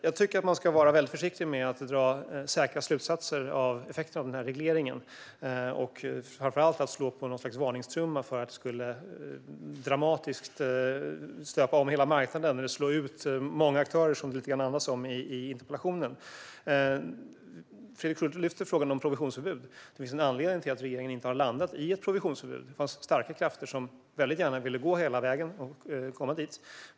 Jag tycker att man ska vara väldigt försiktig med att dra säkra slutsatser av regleringen och speciellt för att slå på varningstrumman för att den dramatiskt skulle stöpa om marknaden eller slå ut många aktörer, som man verkar antyda i interpellationen. Fredrik Schulte tar upp frågan om provisionsförbud. Det finns en anledning till att regeringen inte har landat i ett provisionsförbud. Det fanns starka krafter som gärna ville gå hela vägen och komma dit.